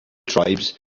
tribes